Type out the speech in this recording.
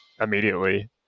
immediately